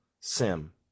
sim